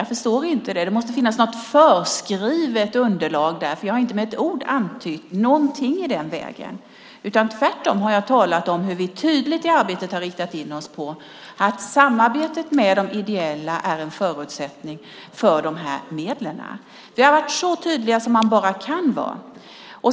Jag förstår inte det. Det måste finnas något förskrivet underlag, för jag har inte med ett ord antytt någonting i den vägen. Tvärtom har jag talat om hur vi tydligt i arbetet har riktat in oss på att samarbetet med de ideella är en förutsättning för de här medlen. Vi har varit så tydliga som man bara kan vara.